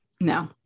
No